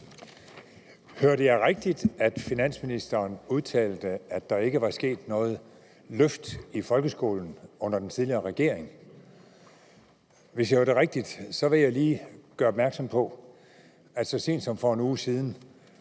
Hørte jeg rigtigt, at finansministeren udtalte, at der ikke var sket noget løft af folkeskolen under den tidligere regering? Hvis jeg hørte rigtigt, vil jeg lige gøre opmærksom på, at så sent som for en uge siden